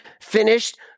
finished